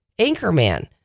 Anchorman